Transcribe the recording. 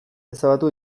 ezabatu